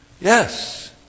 Yes